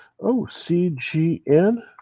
OCGN